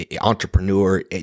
entrepreneur